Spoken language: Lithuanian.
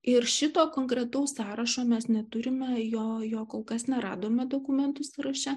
ir šito konkretaus sąrašo mes neturime jo jo kol kas neradome dokumentų sąraše